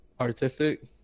Artistic